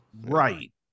right